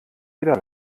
jeder